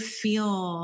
feel